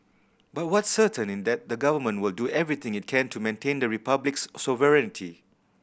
but what's certain in that the government will do everything it can to maintain the Republic's sovereignty